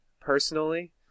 personally